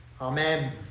Amen